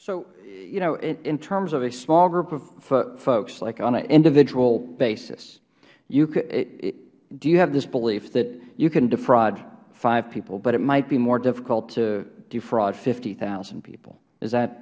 so you know in terms of a small group of folks like on an individual basis youh do you have this belief that you can defraud five people but it might be more difficult to defraud fifty thousand people is that